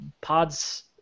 Pods